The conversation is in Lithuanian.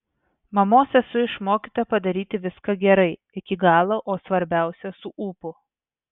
mamos esu išmokyta padaryti viską gerai iki galo o svarbiausia su ūpu